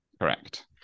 Correct